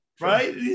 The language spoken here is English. Right